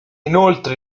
inoltre